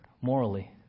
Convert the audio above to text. morally